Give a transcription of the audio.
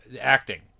acting